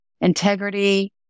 integrity